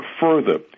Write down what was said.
further